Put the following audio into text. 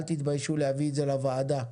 אל תתביישו להביא את זה לוועדה.